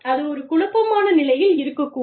அது ஒரு குழப்பமான நிலையில் இருக்கக்கூடும்